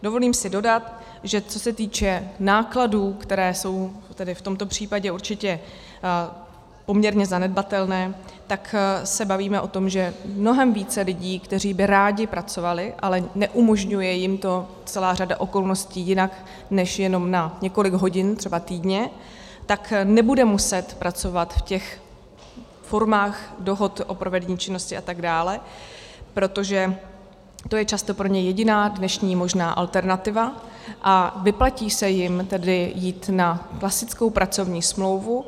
Dovolím si dodat, že co se týče nákladů, které jsou v tomto případě určitě poměrně zanedbatelné, se bavíme o tom, že mnohem více lidí, kteří by rádi pracovali, ale neumožňuje jim to celá řada okolností jinak než jenom na několik hodin třeba týdně, nebude muset pracovat v těch formách dohod o provedení činnosti a tak dále, protože to je často pro ně jediná dnešní možná alternativa, a vyplatí se jim jít na klasickou pracovní smlouvu.